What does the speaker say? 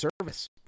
service